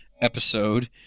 episode